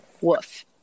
woof